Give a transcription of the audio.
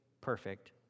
perfect